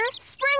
Spring